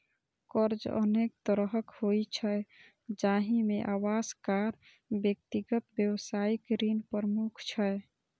कर्ज अनेक तरहक होइ छै, जाहि मे आवास, कार, व्यक्तिगत, व्यावसायिक ऋण प्रमुख छै